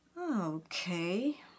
Okay